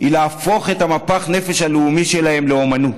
היא להפוך את מפח הנפש הלאומי שלהם לאומנות,